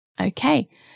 okay